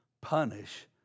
punish